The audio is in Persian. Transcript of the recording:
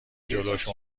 جلوش